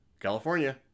California